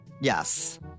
Yes